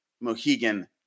mohegan